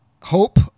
hope